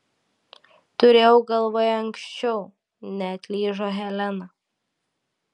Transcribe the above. turėjau galvoje anksčiau neatlyžo helena